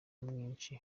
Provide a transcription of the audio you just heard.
mwinshi